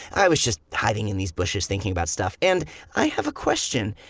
i was just hiding in these bushes thinking about stuff and i have a question.